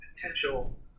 potential